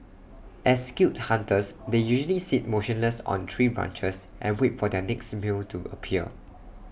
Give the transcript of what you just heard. as skilled hunters they usually sit motionless on tree branches and wait for their next meal to appear